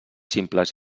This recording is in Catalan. simples